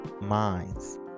minds